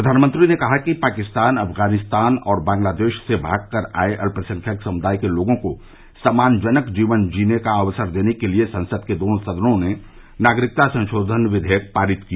प्रधानमंत्री ने कहा कि पाकिस्तान अफगानिस्तान और बांग्लादेश से भागकर आये अल्पसंख्यक समुदाय के लोगों को सम्मानजनक जीवन जीने का अवसर देने के लिए संसद के दोनों सदनों ने नागरिकता संशोधन विधेयक पारित किया